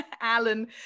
Alan